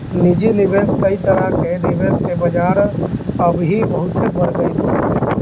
निजी निवेश कई तरह कअ निवेश के बाजार अबही बहुते बढ़ गईल हवे